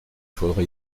faudra